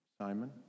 Simon